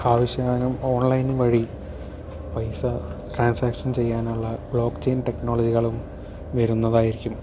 ആവശ്യനുസരണം online വഴി പൈസ transaction ചെയ്യാനുള്ള ബ്ലോക്ക് ചെയിൻ ടെക്നോളോജികളും വരുന്നതായിരിക്കും